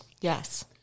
Yes